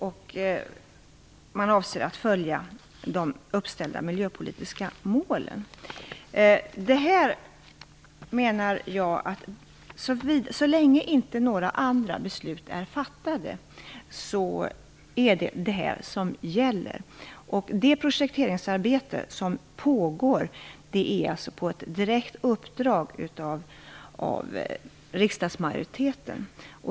Man avser att följa de uppställda miljöpolitiska målen. Så länge inga andra beslut är fattade är det detta som gäller. Det projekteringsarbete som pågår sker på direkt uppdrag av riksdagsmajoriteten.